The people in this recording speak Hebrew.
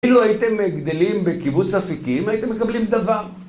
אילו הייתם גדלים בקיבוץ אפיקים, הייתם מקבלים דבר.